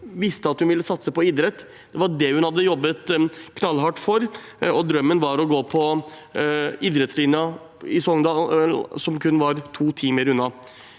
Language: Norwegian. visste at hun ville satse på idrett. Det var det hun hadde jobbet knallhardt for, og drømmen var å gå på idrettslinja i Sogndal, som kun var 2 timer unna.